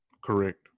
Correct